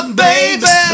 baby